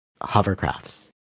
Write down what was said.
hovercrafts